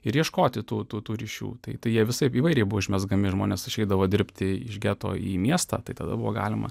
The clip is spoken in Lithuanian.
ir ieškoti tų tų tų ryšių tai jie visaip įvairiai užmezgami žmonės išeidavo dirbti iš geto į miestą tai tada buvo galima